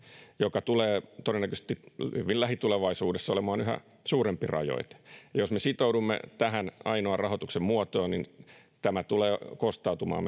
joka tulee todennäköisesti hyvin lähitulevaisuudessa olemaan yhä suurempi rajoite jos me sitoudumme tähän ainoaan rahoituksen muotoon tämä tulee kostautumaan